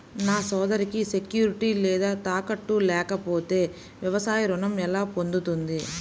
నా సోదరికి సెక్యూరిటీ లేదా తాకట్టు లేకపోతే వ్యవసాయ రుణం ఎలా పొందుతుంది?